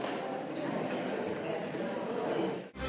Hvala